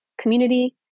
community